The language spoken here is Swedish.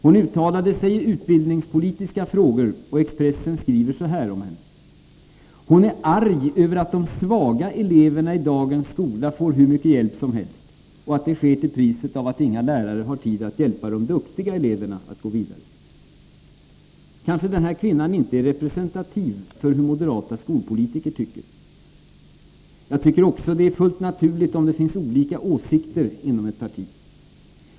Hon uttalade sig i utbildningspolitiska frågor, och Expressen skriver så här: ”Hon är arg Över att de svaga eleverna i dagens skola får ”hur mycket hjälp som helst” och att det sker till priset av att inga lärare har tid att hjälpa de duktiga eleverna att gå vidare.” Kanske den här kvinnan inte är representativ för hur moderata skolpolitiker tycker. Jag tycker också att det är fullt naturligt om det finns olika åsikter inom ett parti.